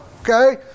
Okay